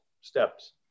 steps